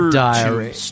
diary